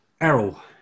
Errol